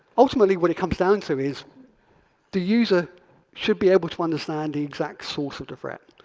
ultimately, what it comes down to is the user should be able to understand the exact source of the threat.